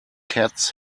cats